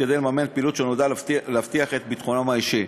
כדי לממן פעילות שנועדה להבטיח את ביטחונם האישי.